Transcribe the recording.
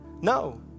No